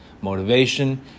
Motivation